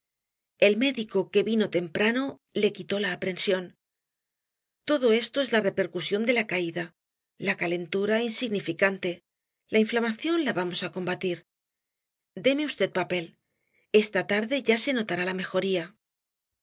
el médico que vino temprano le quitó la aprensión todo esto es la repercusión de la caída la calentura insignificante la inflamación la vamos á combatir deme v papel esta tarde ya se notará la mejoría